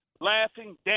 laughing